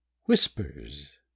whispers